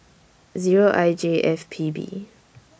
Zero I J F P B